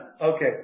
Okay